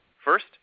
First